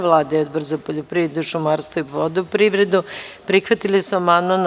Vlada i Odbor za poljoprivredu, šumarstvo i vodoprivredu prihvatili su amandman.